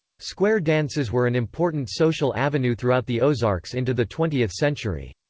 square dances were an important social avenue throughout the ozarks into the twentieth century.